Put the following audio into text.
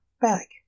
back